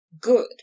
good